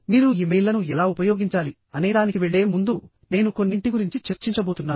మీరు ఇమెయిల్లను ఎలా ఉపయోగించాలి అనేదానికి వెళ్ళే ముందు నేను కొన్నింటి గురించి చర్చించబోతున్నాను